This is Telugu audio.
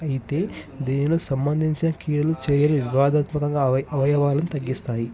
అయితే దీనిలో సంబంధించిన క్రీడలు చేయ వివాదాత్మకంగా అవయవాలను తగ్గిస్తాయి